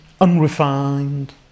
unrefined